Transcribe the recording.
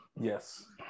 Yes